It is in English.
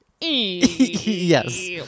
Yes